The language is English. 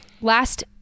last